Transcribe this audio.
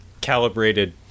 calibrated